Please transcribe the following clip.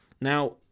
Now